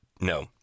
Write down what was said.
No